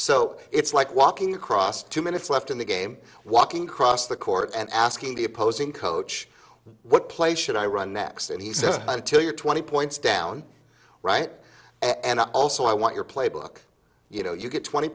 so it's like walking across two minutes left in the game walking across the court and asking the opposing coach what play should i run next and he said until you're twenty points down right and also i want your playbook you know you get twenty